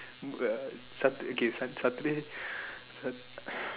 um uh Sat~ okay Saturday sat~